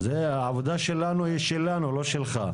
העבודה שלנו היא שלנו, לא שלך.